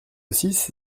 six